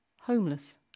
Homeless